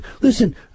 Listen